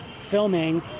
filming